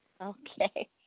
Okay